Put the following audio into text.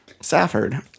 Safford